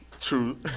true